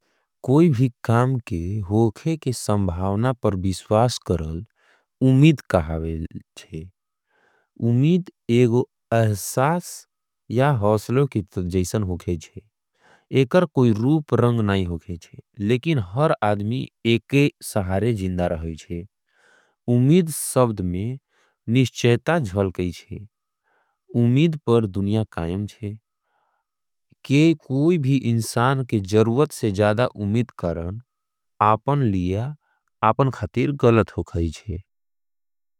कोई भी काम के होखे के संभावना पर बिश्वास करल, उमीद कहावे छे। उमीद एगो अहसास या होसलो के जैसन होखे छे। एकर कोई रूप रंग नाई होखे छे। लेकिन हर आदमी एके सहारे जिन्दा रहे छे। उमीद सब्द में निष्चेता झल कही छे। उमीद पर दुनिया कायम छे। के कोई भी इनसान के जरुवत से ज़्यादा उमीद करन आपन लिया आपन खातेर गलत हो कही छे।